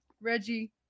Reggie